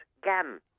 GAM